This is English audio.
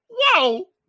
Whoa